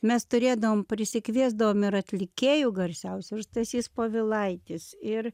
mes turėdavom prisikviesdavom ir atlikėjų garsiausių ir stasys povilaitis ir